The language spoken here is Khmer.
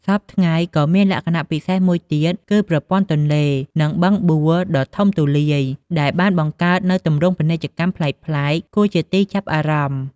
សព្វថ្ងៃក៏មានលក្ខណៈពិសេសមួយទៀតគឺប្រព័ន្ធទន្លេ និងបឹងបួដ៏ធំទូលាយ ដែលបានបង្កើតនូវទម្រង់ពាណិជ្ជកម្មប្លែកៗគួរជាទីចាប់អារម្មណ៍។